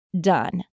done